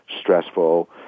stressful